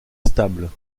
stables